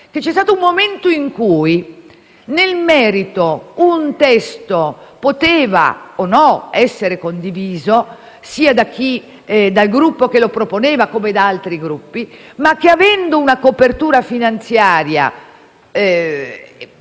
c'è stato un momento in cui, nel merito, un testo poteva o no essere condiviso sia dal Gruppo che lo proponeva come da altri Gruppi, ma avendo una copertura finanziaria